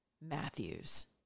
Matthews